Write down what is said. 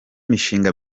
mishinga